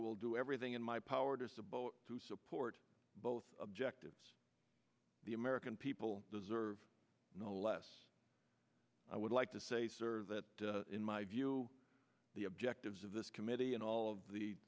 will do everything in my power to support both objectives the american people deserve no less i would like to say sir that in my view the objectives of this committee and all of the